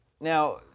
Now